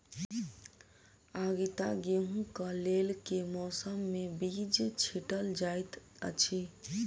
आगिता गेंहूँ कऽ लेल केँ मौसम मे बीज छिटल जाइत अछि?